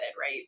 right